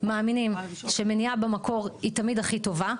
מאמינים שמניעה במקור היא תמיד הכי טובה,